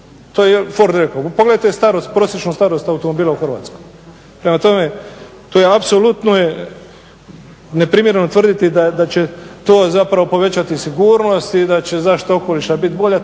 To je Ford rekao. Pogledajte prosječnu starost automobila u Hrvatskoj. Prema tome, to apsolutno je neprimjereno tvrditi da će to zapravo povećati sigurnost i da će zaštita okoliša biti bolja,